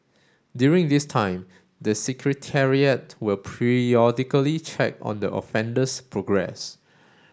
during this time the Secretariat will periodically check on the offender's progress